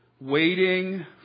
Waiting